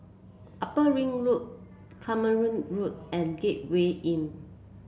Upper Ring Road Carpmael Road and Gateway Inn